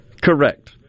Correct